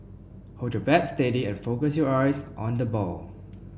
hold your bat steady and focus your eyes on the ball